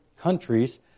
countries